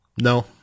no